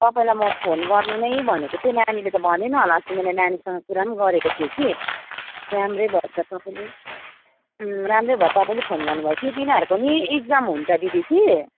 तपाईँलाई म फोन गर्नु नै भनेको थिएँ नानीले त भनेन होला अस्ति मैले नानीसँग कुरा पनि गरेको थिएँ कि राम्रै भएछ तपाईँले राम्रै भयो तपाईँले फोन गर्नुभयो कि तिनीहरूको नि इक्जाम हुन्छ दिदी कि